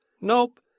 Nope